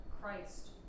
Christ